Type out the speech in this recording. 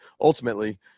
ultimately